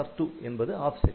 R2 என்பது offset